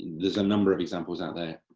there's a number of examples out there,